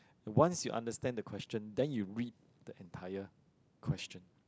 once you understand the question then you read the entire question